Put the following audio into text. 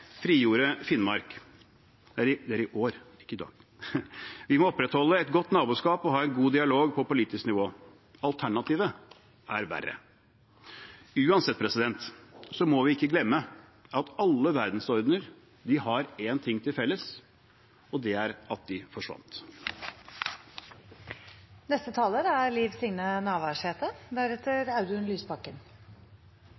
Vi må opprettholde et godt naboskap og ha en god dialog på politisk nivå. Alternativet er verre. Uansett må vi ikke glemme at alle verdensordener har én ting til felles, og det er at de forsvant. Fyrst takk til utanriksministeren for ei breittfemnande og viktig orientering til Stortinget om utanrikspolitikken og stoda. Eg er